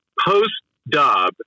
post-dub